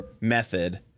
method